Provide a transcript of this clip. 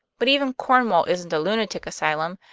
but even cornwall isn't a lunatic asylum,